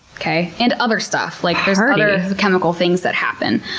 and other stuff. like there's ah other chemical things that happen.